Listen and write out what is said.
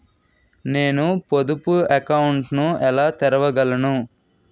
నేను పొదుపు అకౌంట్ను ఎలా తెరవగలను?